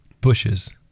bushes